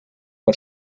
per